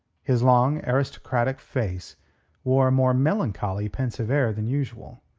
his long, aristocratic face wore a more melancholy, pensive air than usual.